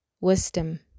wisdom